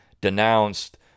denounced